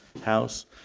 house